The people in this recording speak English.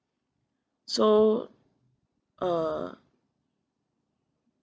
so uh